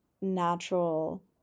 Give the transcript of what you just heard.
natural